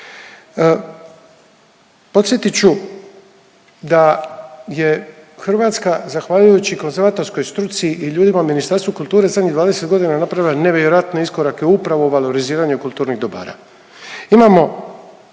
Podsjetit ću da je Hrvatska zahvaljujući konzervatorskoj struci i ljudima u Ministarstvu kulture zadnjih 20 godina napravila nevjerojatne iskorake upravo u valoriziranju kulturnih dobara.